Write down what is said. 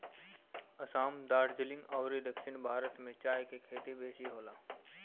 असाम, दार्जलिंग अउरी दक्षिण भारत में चाय के खेती बेसी होला